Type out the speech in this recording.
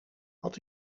wat